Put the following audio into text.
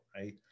Right